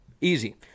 Easy